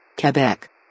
Quebec